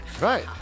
Right